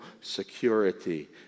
security